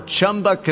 Chumba